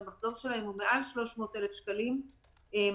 שהמחזור שלהם הוא מעל 300,000 שקלים מגישה